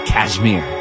Kashmir